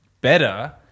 better